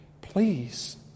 Please